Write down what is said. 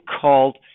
called